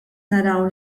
naraw